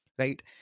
Right